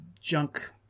junk